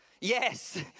Yes